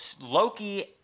Loki